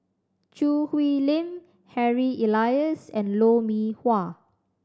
Choo Hwee Lim Harry Elias and Lou Mee Wah